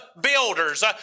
builders